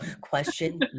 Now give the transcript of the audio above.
question